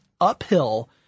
uphill